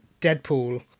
Deadpool